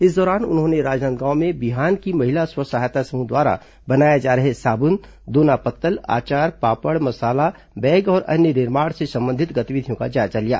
इस दौरान उन्होंने राजनांदगांव में बिहान की महिला स्व सहायता समूह द्वारा बनाए जा रहे साबुन दोना पत्तल आचार पापड़ मसाला बैग और अन्य निर्माण से संबंधित गतिविधियों का जायजा लिया